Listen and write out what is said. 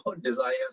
desires